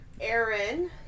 Aaron